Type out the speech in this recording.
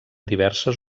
diverses